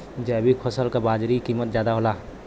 जैविक फसल क बाजारी कीमत ज्यादा होला